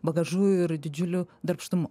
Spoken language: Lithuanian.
bagažu ir didžiuliu darbštumu